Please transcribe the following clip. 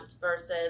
versus